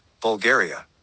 Bulgaria